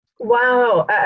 Wow